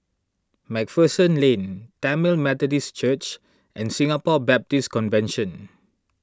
MacPherson Lane Tamil Methodist Church and Singapore Baptist Convention